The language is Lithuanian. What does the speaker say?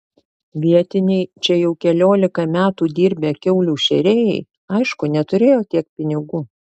vietiniai čia jau keliolika metų dirbę kiaulių šėrėjai aišku neturėjo tiek pinigų